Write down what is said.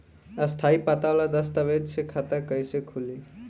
स्थायी पता वाला दस्तावेज़ से खाता कैसे खुली?